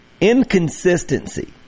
inconsistency